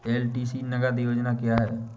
LTC नगद योजना क्या है?